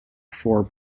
four